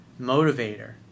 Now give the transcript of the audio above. motivator